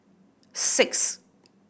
six